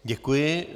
Děkuji.